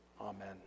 Amen